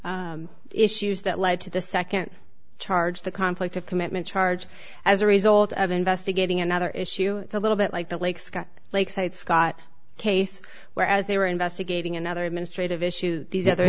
the issues that led to the second charge the conflict of commitment charge as a result of investigating another issue it's a little bit like the lake scott lakeside scott case where as they were investigating another administrative issues these other